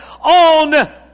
on